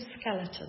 skeleton